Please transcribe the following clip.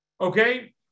Okay